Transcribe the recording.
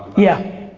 yeah.